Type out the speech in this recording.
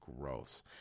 Gross